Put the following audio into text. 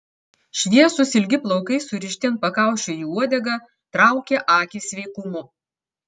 šviesūs ilgi plaukai surišti ant pakaušio į uodegą traukė akį sveikumu